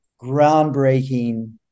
groundbreaking